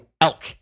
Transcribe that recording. elk